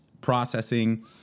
processing